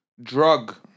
drug